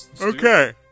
Okay